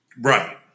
Right